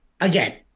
again